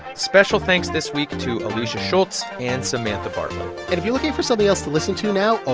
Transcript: special thanks this week to alicia shoults and samantha bartlett and if you're looking for something else to listen to now, oh,